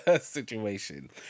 situation